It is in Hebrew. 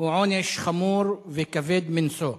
הוא עונש חמור וכבד מנשוא,